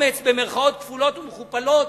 במירכאות כפולות ומכופלות,